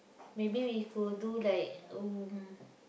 maybe we could do like um